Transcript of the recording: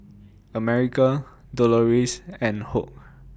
America Doloris and Hoke